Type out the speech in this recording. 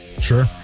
Sure